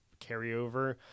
carryover